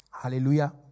Hallelujah